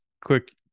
quick